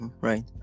Right